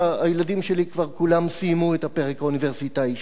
הילדים שלי כבר כולם סיימו את הפרק האוניברסיטאי שלהם,